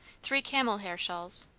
three camel hair shawls.